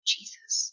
Jesus